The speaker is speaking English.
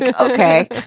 okay